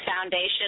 foundation